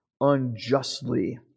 unjustly